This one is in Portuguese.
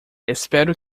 espero